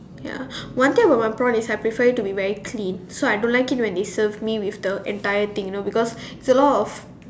ya one thing about my prawn is I prefer it to be very clean so I don't like it when they serve me with the entire thing you know because it's a lot of